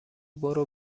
برو